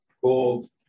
called